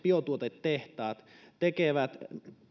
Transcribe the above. biotuotetehtaat tekevät